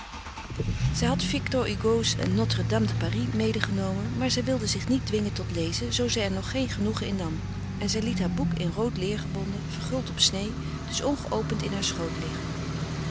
had victor hugo's notre dame de paris medegenomen maar zij wilde zich niet dwingen tot lezen zoo zij er nog geen genoegen in nam en zij liet haar boek in rood leêr gebonden verguld op sneê dus ongeopend in haar schoot liggen